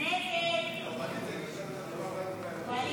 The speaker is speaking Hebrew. הסתייגות 16 לחלופין לג לא נתקבלה.